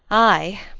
i,